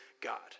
God